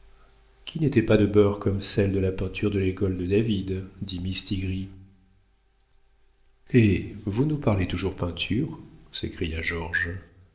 qui n'étaient pas de beurre comme celles de la peinture de l'école de david dit mistigris eh vous nous parlez toujours peinture s'écria